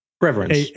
reverence